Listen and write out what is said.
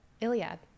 Iliad